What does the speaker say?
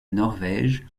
norvège